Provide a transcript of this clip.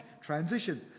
transition